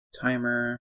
Timer